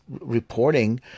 reporting